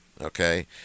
okay